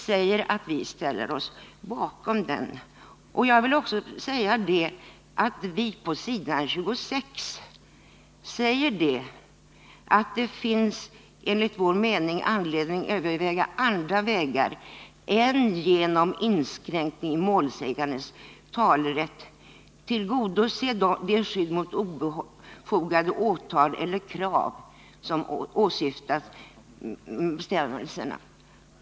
Jag vill också påpeka att vi på s. 26 i betänkandet säger att det enligt utskottets mening kan ”finnas anledning överväga andra vägar än att genom inskränkning i målsägandens talerätt tillgodose det skydd mot obefogade åtal eller krav som åsyftats med bestämmelserna.